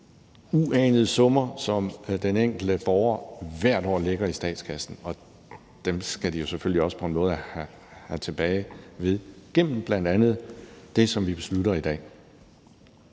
uanede summer, som den enkelte borger hvert år lægger i statskassen, og dem skal de selvfølgelig også på en måde have tilbage gennem bl.a. det, som vi beslutter i dag.